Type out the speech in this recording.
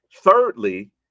thirdly